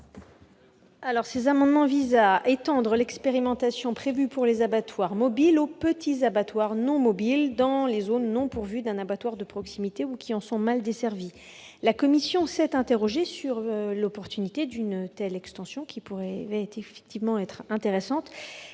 ? Ces amendements visent à étendre l'expérimentation prévue pour les abattoirs mobiles aux petits abattoirs non mobiles dans les zones non pourvues d'un abattoir de proximité ou qui sont mal desservies. La commission s'est interrogée sur l'opportunité d'une telle extension, qui pourrait être intéressante,